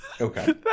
okay